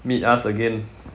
meet us again